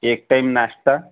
एक टाइम नास्ता